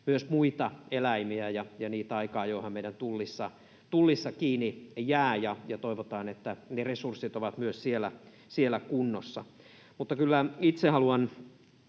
myös muita eläimiä, ja niitähän aika ajoin meidän Tullissa kiinni jää, ja toivotaan, että ne resurssit ovat myös siellä kunnossa. Mutta kyllä itse haluan